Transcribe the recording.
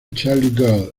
charlie